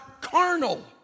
carnal